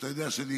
ואתה יודע שאני